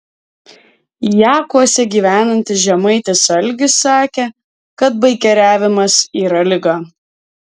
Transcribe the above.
jakuose gyvenantis žemaitis algis sakė kad baikeriavimas yra liga